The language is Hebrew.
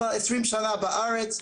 אבל 20 שנה בארץ,